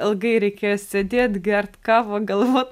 ilgai reikės sėdėt gert kavą galvot